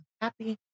happy